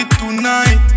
tonight